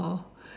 oh